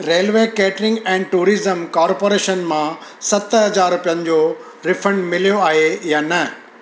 railway catering and tourism corporation मां सत हज़ार रुपियनि जो रीफंड मिलियो आहे या न